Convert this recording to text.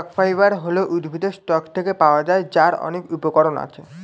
stock fibre হচ্ছে উদ্ভিদের stalk থেকে পাওয়া যায়, যার অনেক উপকরণ আছে